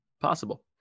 Possible